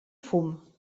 fum